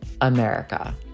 America